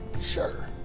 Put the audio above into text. Sure